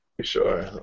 Sure